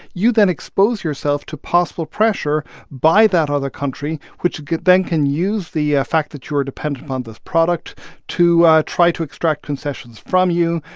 you then expose yourself to possible pressure by that other country, which then can use the ah fact that you're dependent on this product to try to extract concessions from you,